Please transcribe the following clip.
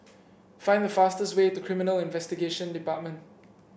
find the fastest way to Criminal Investigation Department